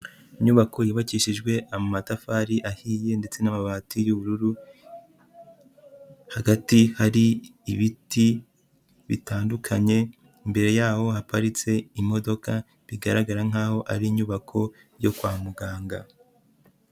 Inyubako yubakishijwe amatafari ahiye ndetse n'amabati y'ubururu, hagati hari ibiti bitandukanye, imbere yaho haparitse imodoka bigaragara nkaho ari inyubako yo kwa muganga.